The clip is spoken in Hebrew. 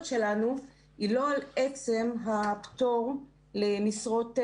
שלנו היא לא עצם הפטור למשרות מסוימות.